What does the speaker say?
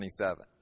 27